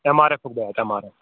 M R ایفُک bat M R F